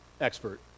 expert